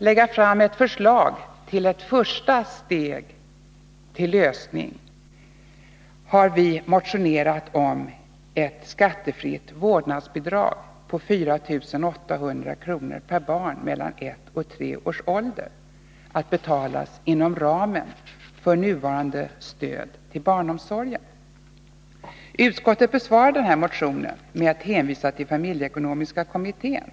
Som ett första steg mot en lösning har vi motionerat om ett skattefritt vårdnadsbidrag på 4 800 kr. per barn mellan ett och tre års ålder, att betalas inom ramen för nuvarande stöd till barnomsorgen. Utskottet besvarar motionen med att hänvisa till familjeekonomiska kommittén.